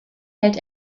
hält